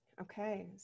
Okay